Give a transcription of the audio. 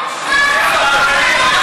19 בעד,